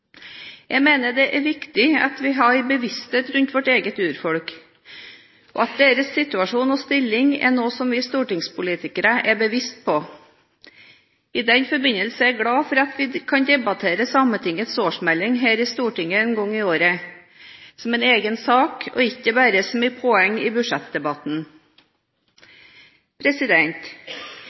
Jeg mener det er viktig at vi er oss bevisst vårt eget urfolk, og at deres situasjon og stilling er noe som vi stortingspolitikere er oss bevisst. I den forbindelse er jeg glad for at vi én gang i året kan debattere i Stortinget Sametingets årsmelding som en egen sak, og ikke bare som påheng til budsjettdebatten. Språk er